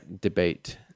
debate